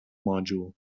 module